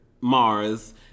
Mars